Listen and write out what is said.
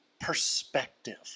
perspective